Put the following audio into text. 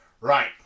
Right